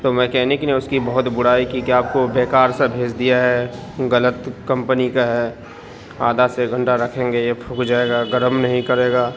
تو میکنک نے اس کی بہت برائی کی کہ آپ کو بیکار سا بھیج دیا ہے غلط کمپنی کا ہے آدھا سے ایک گھنٹہ ركھیں گے یہ پُھک جائے گا گرم نہیں كرے گا